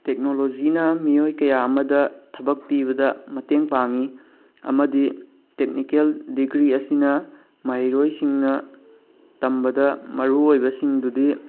ꯇꯦꯛꯅꯣꯂꯣꯖꯤꯅ ꯃꯤꯑꯣꯏ ꯀꯌꯥ ꯑꯃꯗ ꯊꯕꯛ ꯄꯤꯕꯗ ꯃꯇꯦꯡ ꯄꯥꯡꯏ ꯑꯃꯗꯤ ꯇꯦꯛꯅꯤꯀꯦꯜ ꯗꯤꯒ꯭ꯔꯤ ꯑꯁꯤꯅ ꯃꯍꯩꯔꯣꯏꯁꯤꯡꯅ ꯇꯝꯕꯗ ꯃꯔꯨ ꯑꯣꯏꯕꯁꯤꯡꯗꯨꯗꯤ